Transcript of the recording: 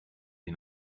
die